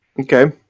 Okay